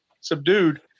subdued